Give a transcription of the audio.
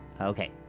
Okay